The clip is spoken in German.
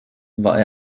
war